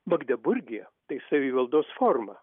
magdeburgiją tai savivaldos forma